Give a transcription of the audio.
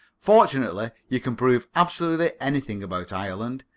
fortunately, you can prove absolutely anything about ireland.